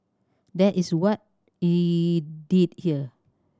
that is what did here